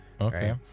Okay